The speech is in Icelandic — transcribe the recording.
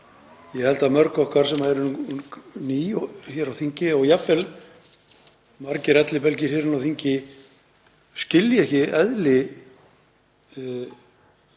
Ég held að mörg okkar sem erum ný hér á þingi og jafnvel margir ellibelgir hér á þingi skilji ekki eðli